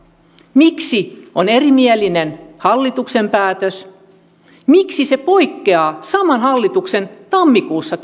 miksi on erimielinen hallituksen päätös miksi se poikkeaa saman hallituksen tammikuussa